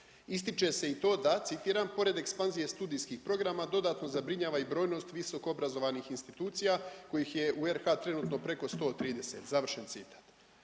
Ističe se i to da, citiram: „pored ekspanzije studijskih programa dodatno zabrinjava i brojnost visoko obrazovanih institucija kojih je u RH trenutno preko 130. završen citat.